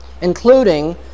including